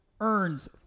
earns